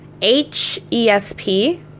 H-E-S-P